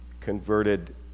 converted